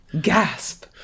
Gasp